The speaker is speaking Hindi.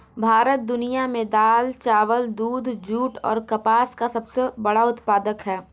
भारत दुनिया में दाल, चावल, दूध, जूट और कपास का सबसे बड़ा उत्पादक है